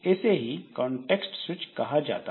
इसे ही context switch कहा जाता है